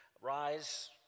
rise